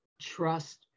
trust